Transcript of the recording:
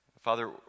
Father